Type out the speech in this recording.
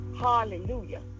Hallelujah